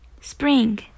Spring